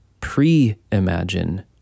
pre-imagine